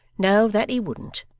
no, that he wouldn't.